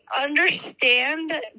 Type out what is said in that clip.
understand